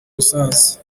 uzaze